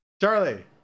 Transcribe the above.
Charlie